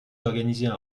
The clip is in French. d’organiser